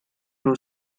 two